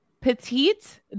petite